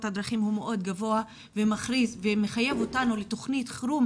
דרכים הוא מאוד גבוה ומחייב אותנו לתוכנית חירום,